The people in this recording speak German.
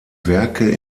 werke